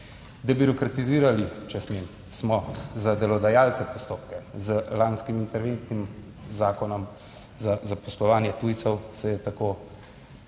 Debirokratizirali, če smem, smo za delodajalce postopke. Z lanskim interventnim zakonom za zaposlovanje tujcev se je tako